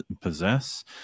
possess